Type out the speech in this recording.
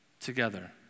together